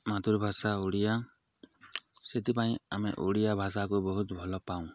ମାତୃଭାଷା ଓଡ଼ିଆ ସେଥିପାଇଁ ଆମେ ଓଡ଼ିଆ ଭାଷାକୁ ବହୁତ ଭଲ ପାଉ